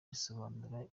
risobanura